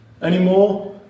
anymore